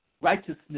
righteousness